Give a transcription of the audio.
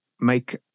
make